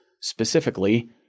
specifically